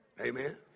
Amen